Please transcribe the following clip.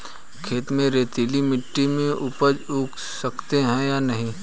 खेत में रेतीली मिटी में उपज उगा सकते हैं या नहीं?